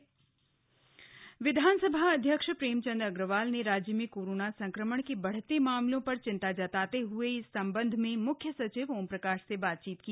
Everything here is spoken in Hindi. विधानसभा अध्यक्ष विधानसभा अध्यक्ष प्रेमचंद अग्रवाल ने राज्य में कोरोना संक्रमण के बढ़ते मामलों र चिंता जताते हए इस संबंध में मुख्य सचिव ओमप्रकाश से बातचीत की